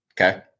okay